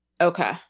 Okay